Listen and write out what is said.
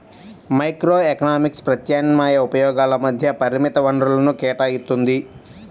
microeconomics ప్రత్యామ్నాయ ఉపయోగాల మధ్య పరిమిత వనరులను కేటాయిత్తుంది